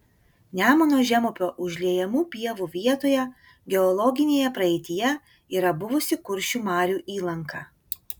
nemuno žemupio užliejamų pievų vietoje geologinėje praeityje yra buvusi kuršių marių įlanka